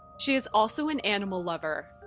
she is also an animal lover.